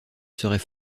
serais